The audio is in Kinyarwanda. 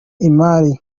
imari